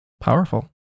Powerful